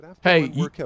Hey